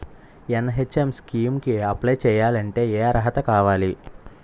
NHM scheme కి apply చేయాలి అంటే ఏ అర్హత కావాలి?